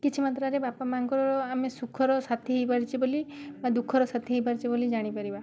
କିଛିମାତ୍ରାରେ ବାପା ମା'ଙ୍କର ଆମେ ସୁଖର ସାଥି ହେଇପାରିଛେ ବୋଲି ବା ଦୁଃଖର ସାଥି ହେଇପାରିଛେ ବୋଲି ଜାଣିପାରିବା